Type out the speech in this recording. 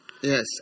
Yes